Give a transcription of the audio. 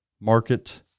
market